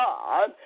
God